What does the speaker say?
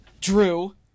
Drew